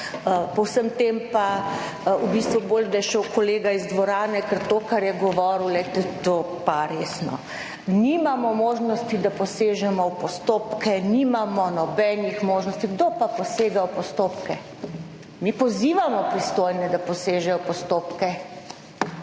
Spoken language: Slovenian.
Po vsem tem pa v bistvu bolj, da je šel kolega iz dvorane, ker to, kar je govoril, glejte, to pa resno. Nimamo možnosti, da posežemo v postopke, nimamo nobenih možnosti. Kdo pa posega v postopke? Mi pozivamo pristojne, da posežejo v postopke.